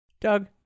Doug